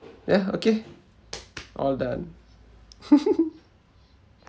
yeah okay all done